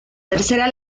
tercera